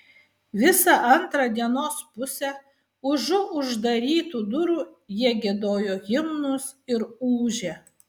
visą antrą dienos pusę užu uždarytų durų jie giedojo himnus ir ūžė